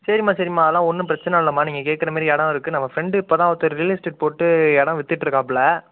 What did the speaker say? சரிம்மா சரிம்மா அதெல்லாம் ஒன்றும் பிரச்சனை இல்லைம்மா நீங்கள் கேக்கிற மாதிரி எடம் இருக்கு நம்ம ஃப்ரெண்டு இப்போ தான் ஒருத்தர் ரியல் ஸ்டேட் போட்டு எடம் வித்துகிட்ருக்காப்ல